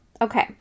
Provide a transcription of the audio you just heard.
okay